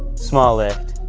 small lift,